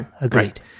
Agreed